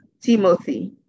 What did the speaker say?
Timothy